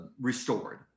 restored